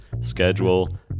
schedule